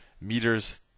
meters